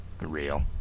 real